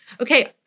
okay